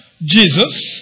Jesus